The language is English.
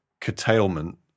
curtailment